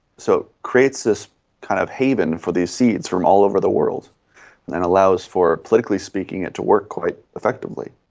so it creates this kind of haven for these seeds from all over the world and allows for, politically speaking, it to work quite effectively.